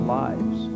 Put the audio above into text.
lives